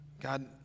God